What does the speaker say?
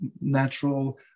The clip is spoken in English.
natural